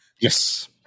Yes